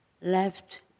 Left